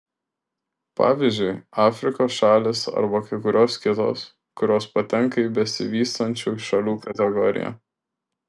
pavyzdžiui afrikos šalys arba kai kurios kitos kurios patenka į besivystančių šalių kategoriją